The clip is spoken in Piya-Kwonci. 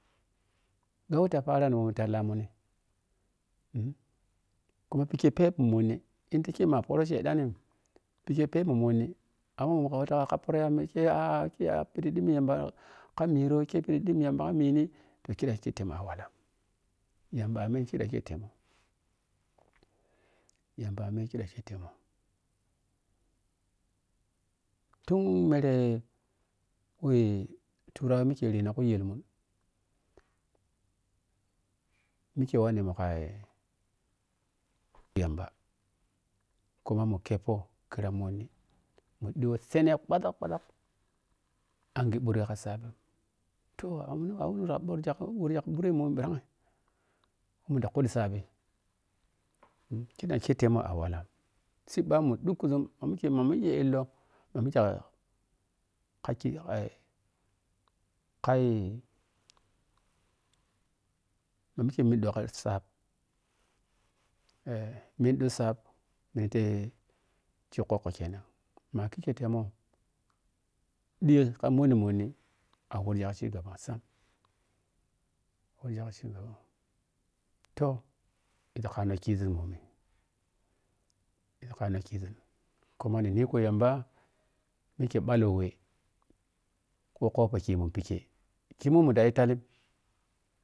Ni we ta parina tiatallamun uh kuma bhike phep mu mhonni tike mo a phoro setan bhibe phep mu mhonni amma ka wutso mu ka khappiriyamu kyea kye aa bhiɗi ɗhinmi yamba kamiro a a te ɓhiɗ ɗhinmi yamba ka mini toh jire ke temu a walla yamba ka mini toh kire kei yamba a mengi kidam ketemun tun mere we turawa mikye wanna kujelmun mikye wanne mu kai yamba kuma mu kheppoh khira monni mu ɗiyo seene phazak phazak anghe bhure ka saap toh awuni awni ɓhuri yamu mbommi ɓhirang ya mun ɗa khuɗi saap kiɗamketemun a walla sii bba mun ɗukkuzum mamike mamike illo ma mike khaki ai kai ma mike miɗɗoka saap eh miɗɗo saap niteh ki khukkho kenan ma kika temun ɗi ka monni monni a wurghi ka chigaba sam wurghi ka chingaba toh isi khana ki zun kane khizun kuma ni nikko tamba mike bnallowe wo khapho kenun kei kumun munda yi talli.